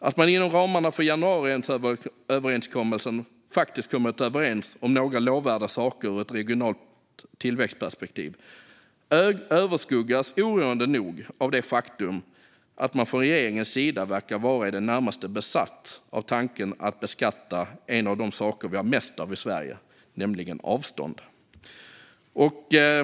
Att man inom ramarna för januariöverenskommelsen faktiskt har kommit överens om några lovvärda saker ur ett regionalt tillväxtperspektiv överskuggas oroande nog av det faktum att man från regeringens sida verkar vara i det närmaste besatt av tanken på att beskatta en av de saker vi har mest av i Sverige, nämligen avstånd.